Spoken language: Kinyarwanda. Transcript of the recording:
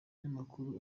binyamakuru